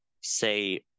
say